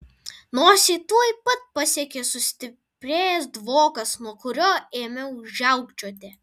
nosį tuoj pat pasiekė sustiprėjęs dvokas nuo kurio ėmiau žiaukčioti